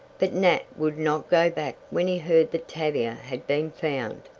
but nat would not go back when he heard that tavia had been found.